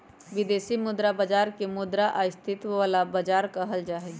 विदेशी मुद्रा बाजार के मुद्रा स्थायित्व वाला बाजार कहल जाहई